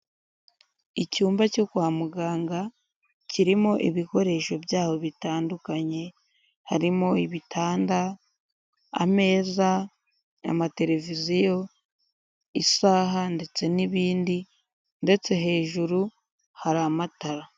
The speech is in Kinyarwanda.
Icyumba cyo kwa muganga, kirimo ibikoresho byaho bitandukanye, harimo ibitanda, ameza, amatereviziyo, isaha ndetse n'ibindi ndetse hejuru hari amatara.